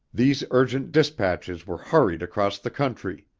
these urgent dispatches were hurried across the country